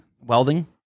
welding